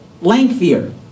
lengthier